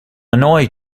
annoy